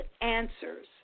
answers